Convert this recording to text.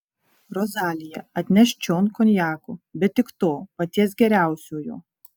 rozalija atnešk čion konjako bet tik to paties geriausiojo